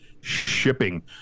shipping